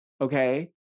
Okay